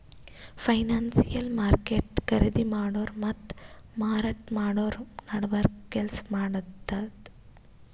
financial market ಖರೀದಿ ಮಾಡೋರ್ ಮತ್ತ್ ಮಾರಾಟ್ ಮಾಡೋರ್ ನಡಬರ್ಕ್ ಕೆಲ್ಸ್ ಮಾಡ್ತದ್